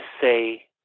say